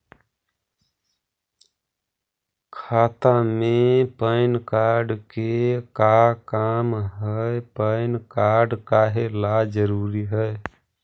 खाता में PAN card के का काम है पैन कार्ड काहे ला जरूरी है?